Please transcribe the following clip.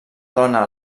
dona